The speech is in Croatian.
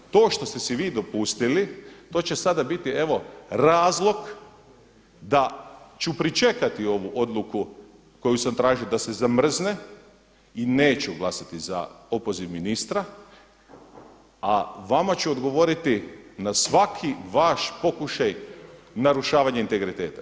To što ste si vi dopustili, to će sada biti evo razlog da ću pričekati ovu odluku koju sam tražio da se zamrzne i neću glasati za opoziv ministra, a vama ću odgovoriti na svaki vaš pokušaj narušavanja integriteta.